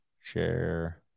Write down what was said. Share